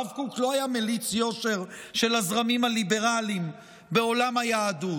הרב קוק לא היה מליץ יושר של הזרמים הליברליים בעולם היהדות,